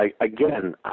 Again